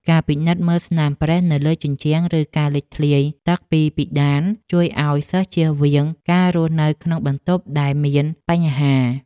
ការពិនិត្យមើលស្នាមប្រេះនៅលើជញ្ជាំងឬការលេចធ្លាយទឹកពីពិដានជួយឱ្យសិស្សជៀសវាងការរស់នៅក្នុងបន្ទប់ដែលមានបញ្ហា។